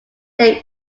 dame